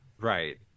Right